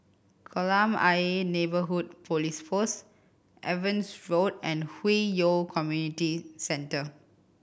Kolam Ayer Neighbourhood Police Post Evans Road and Hwi Yoh Community Centre